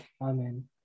Amen